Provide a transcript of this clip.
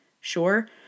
sure